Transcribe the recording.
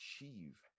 achieve